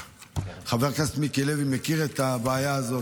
חבר הכנסת מיקי לוי מכיר את הבעיה הזאת.